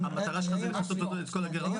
המטרה שלכם היא לכסות לו את כל הגירעון?